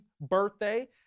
birthday